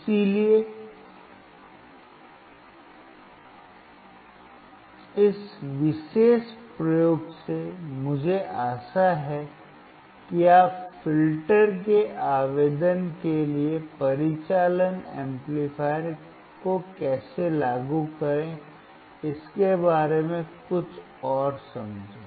इसलिए इस विशेष प्रयोग से मुझे आशा है कि आप फ़िल्टर के आवेदन के लिए परिचालन एम्पलीफायर को कैसे लागू करें इसके बारे में कुछ और समझें